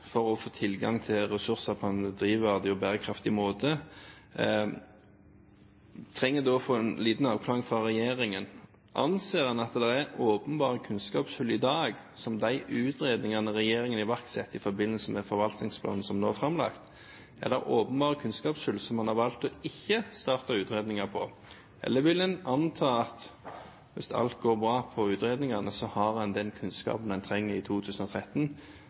for å få tilgang til ressurser på en drivverdig og bærekraftig måte, trenger da å få en liten avklaring fra regjeringen. Anser en at det er åpenbare kunnskapshull i dag, som de utredningene regjeringen iverksetter i forbindelse med forvaltningsplanen som nå er framlagt? Er det åpenbare kunnskapshull som man har valgt ikke å starte utredninger på? Eller kan en anta at hvis alt går bra med utredningene, så har en den kunnskapen en trenger i 2013